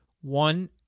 one